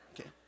Okay